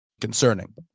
concerning